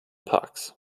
parks